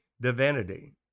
divinity